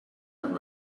and